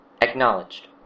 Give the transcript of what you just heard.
Acknowledged